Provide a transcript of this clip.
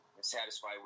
satisfied